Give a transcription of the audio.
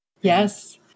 Yes